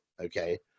okay